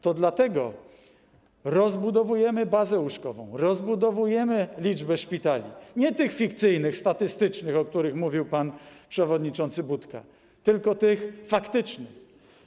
To dlatego rozbudowujemy bazę łóżkową, rozbudowujemy liczbę szpitali - nie tych fikcyjnych, statystycznych, o których mówił pan przewodniczący Budka, tylko tych faktycznych.